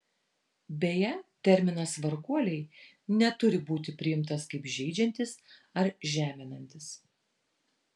beje terminas varguoliai neturi būti priimtas kaip žeidžiantis ar žeminantis